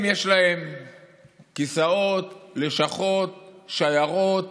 הם, יש להם כיסאות, לשכות, שיירות,